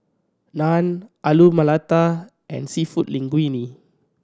Naan Alu Matar and Seafood Linguine